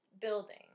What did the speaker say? building